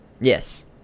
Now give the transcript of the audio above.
Yes